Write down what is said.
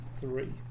three